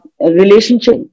relationship